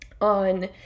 on